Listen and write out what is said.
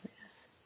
yes